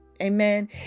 Amen